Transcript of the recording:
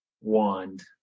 wand